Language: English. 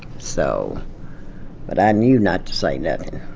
so but i knew not to say nothing.